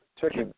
Turkey